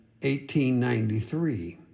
1893